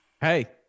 hey